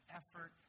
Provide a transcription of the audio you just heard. effort